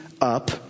up